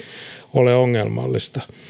ole ongelmallista